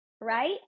Right